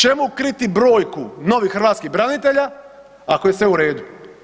Čemu kriti broju novih hrvatskih branitelja ako je sve u redu?